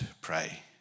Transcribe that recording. pray